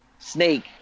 Snake